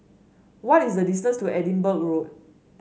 what is the distance to Edinburgh Road